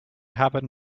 happen